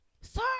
sir